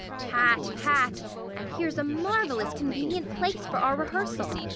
pat, pat and here's a marvellous convenient place for our rehearsal.